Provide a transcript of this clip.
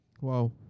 Wow